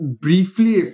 briefly